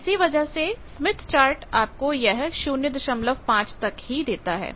इसी वजह से स्मिथ चार्ट आपको यह 05 तक ही देता है